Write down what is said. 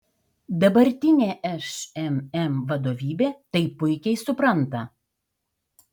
dabartinė šmm vadovybė tai puikiai supranta